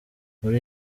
muri